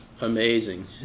amazing